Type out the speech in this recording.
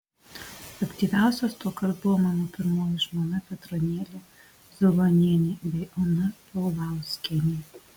aktyviausios tuokart buvo mano pirmoji žmona petronėlė zulonienė bei ona paulauskienė